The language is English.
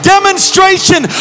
Demonstration